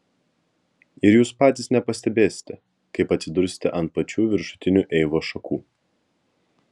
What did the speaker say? ir jūs patys nepastebėsite kaip atsidursite ant pačių viršutinių eivos šakų